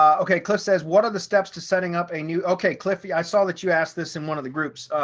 okay. cliff says what are the steps to setting up a new okay, cliff, i saw that you asked this in one of the groups.